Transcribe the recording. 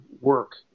work